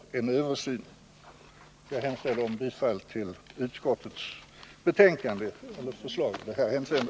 Jag hemställer om bifall till utskottets förslag i detta hänseende.